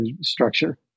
structure